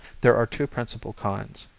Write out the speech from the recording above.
there are two principal kinds,